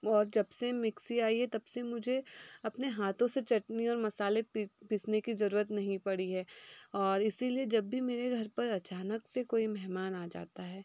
और जब से मिक्सी आई है तब से मुझे अपने हाथों से चटनी और मसाले मुझे पीसने की ज़रूरत नहीं पड़ी है और इसी लिए जब भी मेरे घर पर अचानक से कोई मेहमान आ जाता है